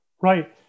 Right